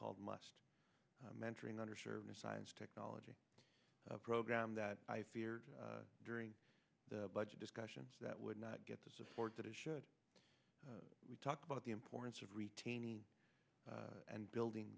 called must mentoring under served in science technology program that i feared during the budget discussions that would not get the support that it should we talk about the importance of retaining and building